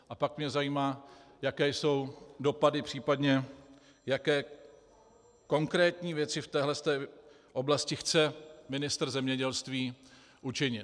A pak mě zajímá, jaké jsou dopady, případně jaké konkrétní věci v téhle oblasti chce ministr zemědělství učinit.